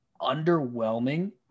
underwhelming